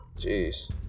Jeez